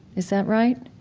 is that right?